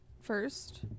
first